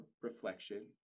reflection